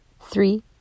Three